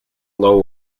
low